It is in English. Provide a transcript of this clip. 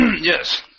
Yes